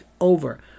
over